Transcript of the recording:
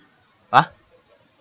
ah